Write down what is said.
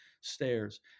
stairs